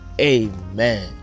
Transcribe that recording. Amen